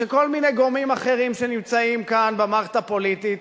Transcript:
שכל מיני גורמים אחרים שנמצאים כאן במערכת הפוליטית,